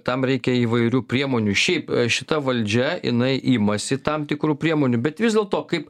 tam reikia įvairių priemonių šiaip šita valdžia jinai imasi tam tikrų priemonių bet vis dėlto kaip